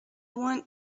want